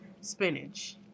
Spinach